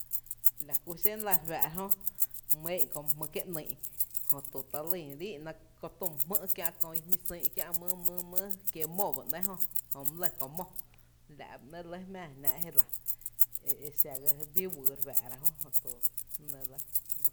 La kú xé’n lⱥ re fáá’ra jö, my é’n köö mý jmýý’ kié’ ‘nïï’, jötu talýn re íí’ná kö tü mý jmý’ kiä’ kö tü i jmí sÿÿ’ kiä’ mý mý kiee’ mó ba ‘nɇɇ’ jö, jö my lɇ köö mó, la’ bá nɇɇ’ lɇ jmⱥⱥ jnáá’ je lⱥ, e e xa bíí wyy re fáá’ra jö, jötu la nɇ re lɇ.